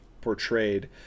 portrayed